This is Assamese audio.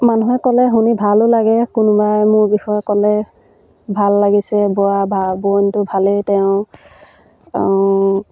মানুহে ক'লে শুনি ভালো লাগে কোনোবাই মোৰ বিষয়ে ক'লে ভাল লাগিছে বোৱা বা বোৱনীটো ভালেই তেওঁৰ